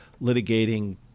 litigating